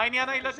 מה עניין הילדים?